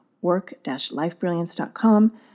Work-lifebrilliance.com